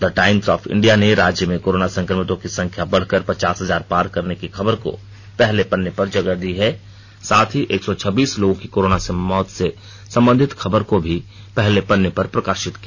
the Times of India ने राज्य में कोरोना संक्रमितों की संख्या बढ़कर पचास हजार पार करने की खबर को पहले पन्ने पर जगह दी है साथ ही एक सौ छब्बीस लोगों की कोरोना से मौत से संबंधित खबर को भी पहले पन्ने पर प्रकाशित किया